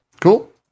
cool